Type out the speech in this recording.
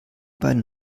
beiden